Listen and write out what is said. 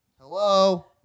hello